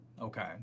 Okay